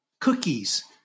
cookies